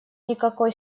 никакой